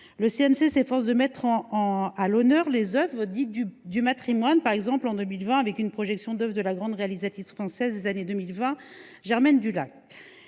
Le CNC s’efforce de mettre à l’honneur les œuvres dites du matrimoine. En 2020, il a par exemple proposé une projection d’œuvres de la grande réalisatrice française des années 1920 Germaine Dulac.